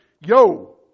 yo